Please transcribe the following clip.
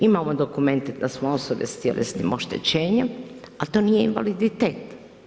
Imamo dokumente da smo osobe s tjelesnim oštećenjem, a to nije invaliditet.